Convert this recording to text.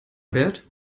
wert